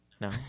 No